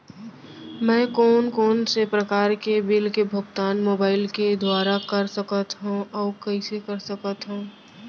मैं कोन कोन से प्रकार के बिल के भुगतान मोबाईल के दुवारा कर सकथव अऊ कइसे कर सकथव?